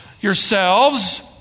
yourselves